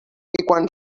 quan